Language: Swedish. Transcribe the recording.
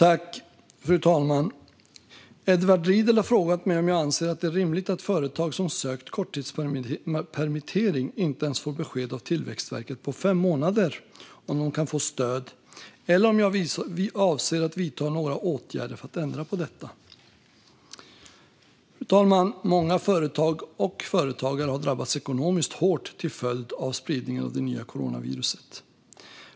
Fru talman! Edward Riedl har frågat mig om jag anser att det är rimligt att företag som sökt korttidspermittering på fem månader inte ens får besked av Tillväxtverket om huruvida de kan få stöd eller om jag avser att vidta några åtgärder för att ändra på detta. Många företag och företagare har drabbats hårt ekonomiskt till följd av spridningen av det nya coronaviruset.